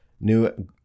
new